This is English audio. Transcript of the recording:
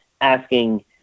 asking